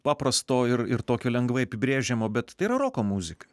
paprasto ir tokio lengvai apibrėžiamo bet tai yra roko muzika